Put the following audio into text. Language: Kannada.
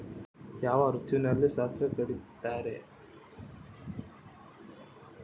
ಯಾವ ಋತುವಿನಲ್ಲಿ ಸಾಸಿವೆ ಕಡಿತಾರೆ?